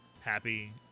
happy